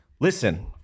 listen